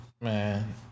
Man